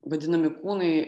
vadinami kūnai